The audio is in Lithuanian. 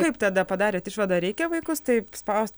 kaip tada padarėt išvadą reikia vaikus taip spaust